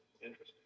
Interesting